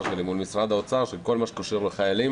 שלי מול משרד האוצר שכל מה שקשור לחיילים